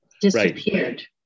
disappeared